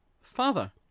Father